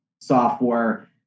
software